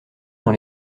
dans